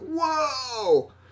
whoa